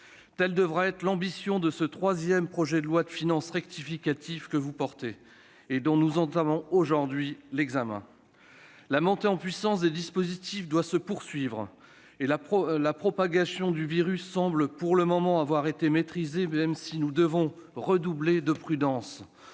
Telle devra être l'ambition de ce troisième projet de loi de finances rectificative qui nous est présenté et dont nous entamons aujourd'hui l'examen. La montée en puissance des dispositifs doit se poursuivre. Si la propagation du virus semble pour le moment avoir été maîtrisée, même si nous devons redoubler de prudence,